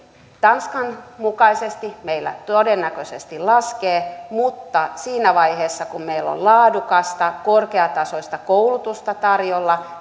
tanskan mukaisesti meillä todennäköisesti laskee mutta siinä vaiheessa kun meillä on laadukasta korkeatasoista koulutusta tarjolla